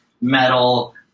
metal